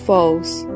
False